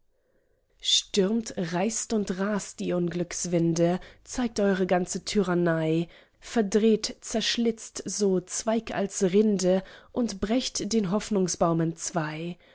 stürmt reißt und rast ihr unglückswinde zeigt eure ganze tyrannei verdreht zerschlitzt so zweig als rinde und brecht den hoffnungsbaum entzwei